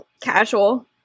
casual